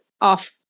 off